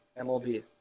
MLB